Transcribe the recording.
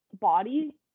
body